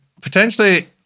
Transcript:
potentially